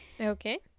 Okay